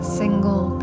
single